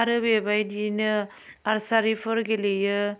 आरो बेबायदियैनो आर्सारिफोर गेलेयो